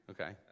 Okay